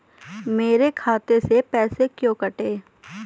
मेरे खाते से पैसे क्यों कटे?